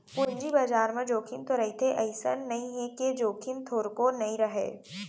पूंजी बजार म जोखिम तो रहिथे अइसे नइ हे के जोखिम थोरको नइ रहय